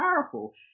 powerful